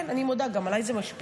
כן, אני מודה, גם עליי זה משפיע.